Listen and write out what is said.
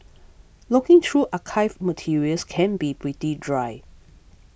looking through archived materials can be pretty dry